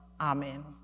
amen